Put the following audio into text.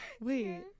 Wait